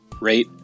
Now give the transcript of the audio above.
rate